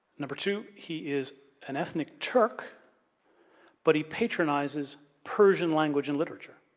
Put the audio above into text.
number two, he is an ethnic turk but he patronizes persian language and literature.